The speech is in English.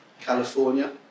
California